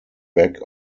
back